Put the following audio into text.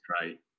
great